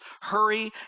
hurry